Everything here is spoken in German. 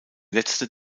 letzte